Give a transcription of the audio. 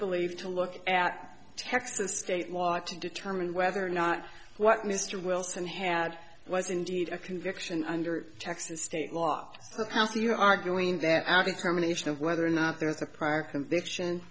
believe to look at texas state law to determine whether or not what mr wilson had was indeed a conviction under texas state law or past you're arguing that abbe permanent action of whether or not there is a prior conviction